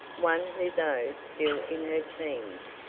one who though still in her teens,